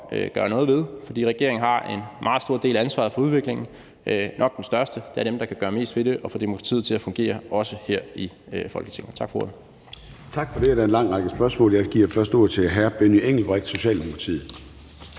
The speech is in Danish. gøre noget ved, for regeringen har en meget stor del af ansvaret for udviklingen – nok den største – og det er dem, der kan gøre mest ved det og få demokratiet til at fungere, også her i Folketinget. Tak for ordet. Kl. 14:07 Formanden (Søren Gade): Tak for det. Der er en lang række spørgsmål, og jeg giver først ordet til hr. Benny Engelbrecht fra Socialdemokratiet.